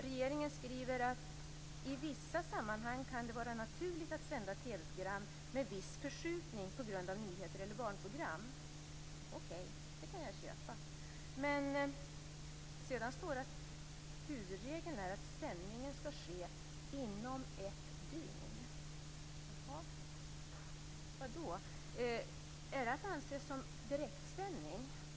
Regeringen skriver att det i vissa sammanhang kan vara naturligt att sända TV-program med viss förskjutning på grund av nyheter eller barnprogram. Okej, det kan jag köpa. Men sedan står det att huvudregeln är att sändningen skall ske inom ett dygn. Jaha! Vadå? Är det att anse som direktsändning?